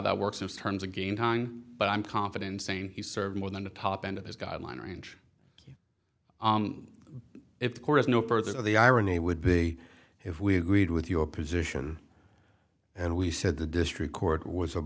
that works or terms again time but i'm confident saying he served more than the top end of his guideline range if the court is no further the irony would be if we agreed with your position and we said the district court was